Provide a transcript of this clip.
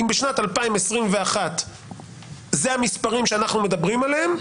אם בשנת 2021 אלה המספרים שאנחנו מדברים עליהם,